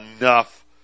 enough